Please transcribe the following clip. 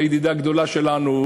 הידידה הגדולה שלנו,